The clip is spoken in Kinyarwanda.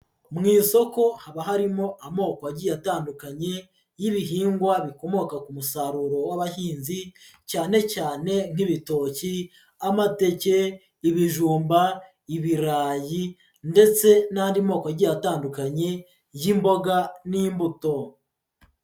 Mu isoko haba harimo amoko agiye atandukanye y'ibihingwa bikomoka ku musaruro w'abahinzi, cyane cyane nk'ibitoki, amateke, ibijumba, ibirayi ndetse n'andi moko agiye atandukanye y'imboga n'imbuto,